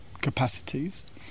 capacities